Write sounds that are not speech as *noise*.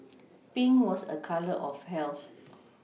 Pink was a colour of health *noise*